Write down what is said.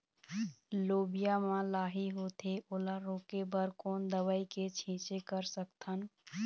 लोबिया मा लाही होथे ओला रोके बर कोन दवई के छीचें कर सकथन?